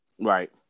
Right